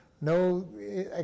no